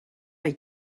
eye